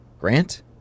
Grant